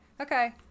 okay